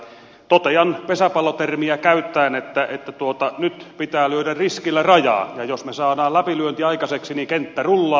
totean pesäpallotermiä käyttäen että nyt pitää lyödä riskillä rajaan ja jos me saamme läpilyönnin aikaiseksi niin kenttä rullaa